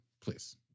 please